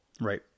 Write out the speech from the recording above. Right